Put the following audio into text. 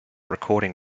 recording